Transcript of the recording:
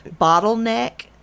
bottleneck